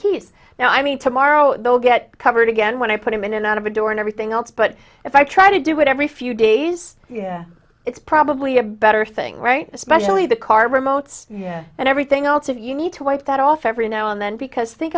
keys now i mean tomorrow they'll get covered again when i put them in and out of the door and everything else but if i try to do it every few days it's probably a better thing right especially the car remotes and everything else that you need to wipe that off every now and then because think